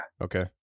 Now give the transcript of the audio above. Okay